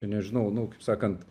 nežinau nu kaip sakant